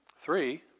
Three